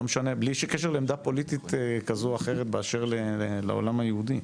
לא משנה ובלי שום קשר לעמדה פוליטית כזו או אחרת באשר לעולם היהודי.